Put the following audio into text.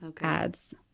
ads